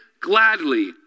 gladly